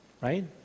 right